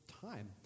time